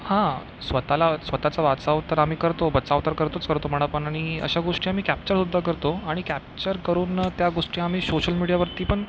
हा स्वतःला स्वतःचा वाचावं तर आम्ही करतो बचाव तर करतोच करतो म्हणा पण आणि अशा गोष्टी आम्ही कॅप्चरसुद्धा करतो आणि कॅप्चर करून त्या गोष्टी आम्ही सोशल मीडियावरती पण